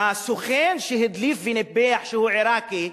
והסוכן שהדליף וניפח, שהוא עירקי,